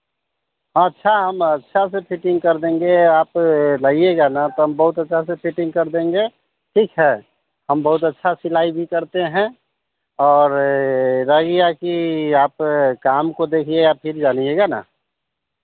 अच्छा हम अच्छा से फिटिंग कर देंगे आप लाइएगा न तो हम बहुत अच्छा से फिटिंग कर देंगे ठीक है हम बहुत अच्छा सिलाई भी करते हैं और रहे गया कि आप काम को देखिए या फिर जानिएगा ना